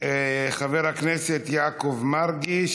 חבר הכנסת יעקב מרגי,